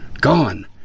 gone